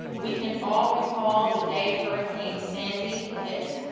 we can all recall the day hurricane sandy hit.